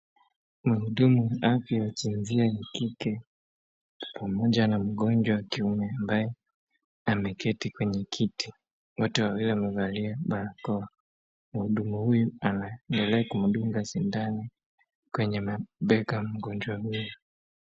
Muhudumu wa afya wa jinsia ya kike pamoja na mgonjwa wa kiume ambaye ameketi kwenye kiti. Watu wawili wamevalia barakoa, muhudumu huyu anaendelea kumdunga sindano kwenye mabega mgonjwa huyu.